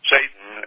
Satan